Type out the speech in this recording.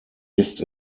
ist